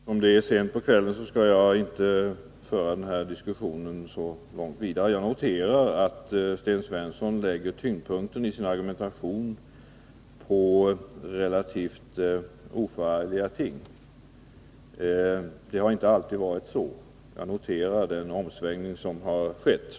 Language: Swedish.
Herr talman! Eftersom det är sent på kvällen, skall jag inte föra denna diskussion så mycket längre. Jag noterar att Sten Svensson lägger tyngdpunkten i sin argumentation på relativt oförargliga ting. Det har inte alltid varit så. Jag konstaterar den omsvängning som har skett.